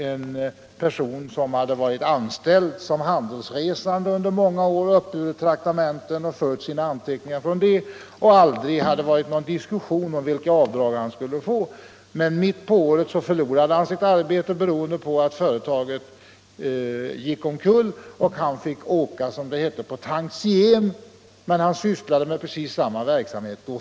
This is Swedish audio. En person hade varit anställd som handelsresande under många år och uppburit traktamente från företaget. Han hade fört sina anteckningar med utgång från det, och det hade aldrig varit någon diskussion om vilka avdrag han skulle få. Mitt under ett år förlorade han sitt arbete beroende på att företaget gick omkull. Han fick då åka, som det hette, på tantiem men sysslade med precis samma verksamhet som tidigare.